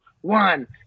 one